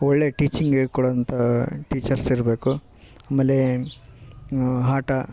ಒಳ್ಳೇ ಟೀಚಿಂಗ್ ಹೇಳಿಕೊಳೋವಂಥ ಟೀಚರ್ಸ್ ಇರಬೇಕು ಆಮೇಲೆ ಆಟ